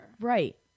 right